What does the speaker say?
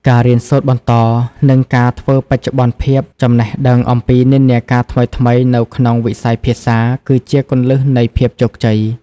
ការរៀនសូត្របន្ត និងការធ្វើបច្ចុប្បន្នភាពចំណេះដឹងអំពីនិន្នាការថ្មីៗនៅក្នុងវិស័យភាសា គឺជាគន្លឹះនៃភាពជោគជ័យ។